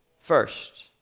first